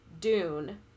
Dune